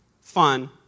fun